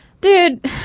Dude